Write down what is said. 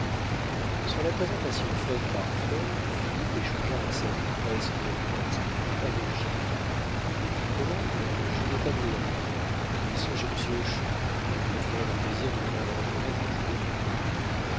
sur la présentation faite par flore philippe échangea un salut presque craintif avec gilet mon oncle j'ai des tableaux à vous rendre ils sont chez monsieur hochon vous me ferez le plaisir de venir les reconnaître un jour ou l'autre